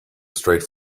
straight